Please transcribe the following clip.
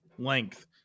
length